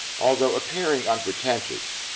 although appearing unpretentious,